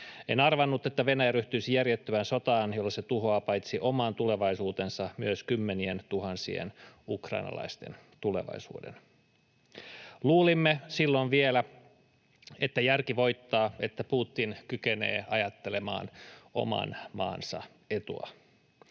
En arvannut, että Venäjä ryhtyisi järjettömään sotaan, jolla se tuhoaa paitsi oman tulevaisuutensa myös kymmenientuhansien ukrainalaisten tulevaisuuden. Luulimme silloin vielä, että järki voittaa, että Putin kykenee ajattelemaan oman maansa etua.